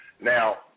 Now